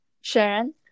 Sharon